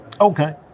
Okay